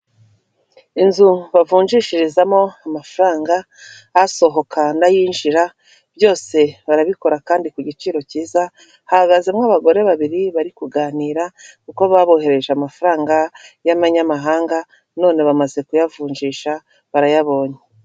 Inzu bavunjishirizamo amafaranga asohoka n'ayinjira, byose barabikora kandi ku giciro cyiza hahagazemo abagore babiri bari kuganira, kuko baba boherereje amafaranga y'abanyamahanga none bamaze kuyavunjisha barayabonye.